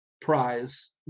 prize